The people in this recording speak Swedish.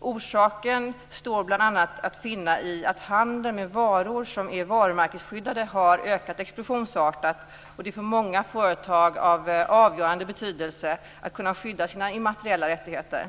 Orsaken står bl.a. att finna i att handeln med varor som är varumärkesskyddade har ökat explosionsartat och att det för många företag är av avgörande betydelse att kunna skydda sina immateriella rättigheter.